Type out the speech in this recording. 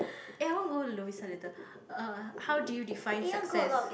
eh I want go to Lovisa later uh how do you define success